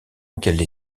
auxquelles